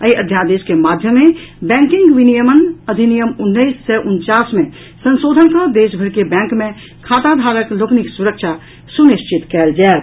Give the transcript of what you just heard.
एहि अध्यादेश के माध्यम सँ बैंकिंग विनियमन अधिनियम उन्नैस सय उनचास मे संशोधन कऽ देशभरिक बैंक मे खाताधारक लोकनिक सुरक्षा सुनिश्चित कयल जायत